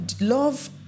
love